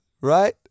right